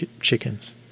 chickens